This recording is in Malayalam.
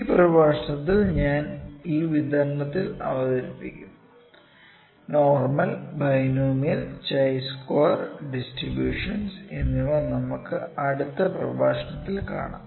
ഈ പ്രഭാഷണത്തിൽ ഞാൻ ഈ വിതരണങ്ങൾ അവതരിപ്പിക്കും normal binomial chi square distributions എന്നിവ നമുക്കു അടുത്ത പ്രഭാഷണത്തിൽ കാണാം